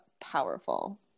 powerful